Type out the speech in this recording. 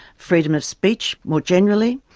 freedom of speech more generally.